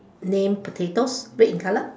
name potatoes red in color